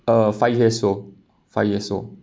uh five years old five years old